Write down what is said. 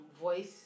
voice